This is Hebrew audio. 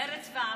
מרצ והעבודה.